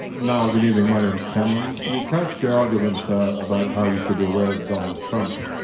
niall, good evening. my name is cameron. you cast your argument about however we should be aware of donald trump,